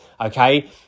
Okay